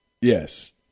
Yes